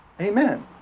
Amen